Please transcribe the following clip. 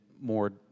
more